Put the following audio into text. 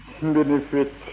benefit